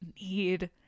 need